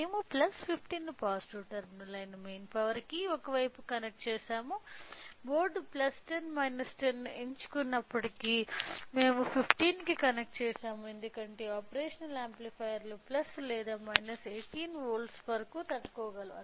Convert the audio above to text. మేము 15 ను positive terminal అయిన మెయిన్ పవర్ కి ఒక వైపుకు కనెక్ట్ చేసాము బోర్డు 10 10 ను ఎంచుకున్నప్పటికీ మేము 15 కి కనెక్ట్ చేసాము ఎందుకంటే ఆపరేషనల్ యాంప్లిఫైయర్లు లేదా 18 వోల్ట్ల వరకు తట్టుకోగలవు